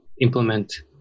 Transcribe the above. implement